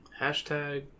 Hashtag